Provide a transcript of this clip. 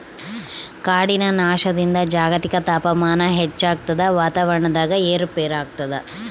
ಕಾಡಿನ ನಾಶದಿಂದ ಜಾಗತಿಕ ತಾಪಮಾನ ಹೆಚ್ಚಾಗ್ತದ ವಾತಾವರಣದಾಗ ಏರು ಪೇರಾಗ್ತದ